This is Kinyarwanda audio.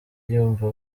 yumva